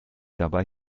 dabei